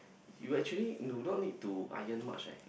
you actually do not need to iron much eh